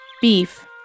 Beef